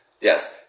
Yes